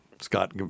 Scott